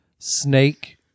snake